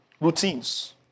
Routines